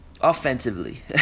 offensively